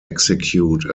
execute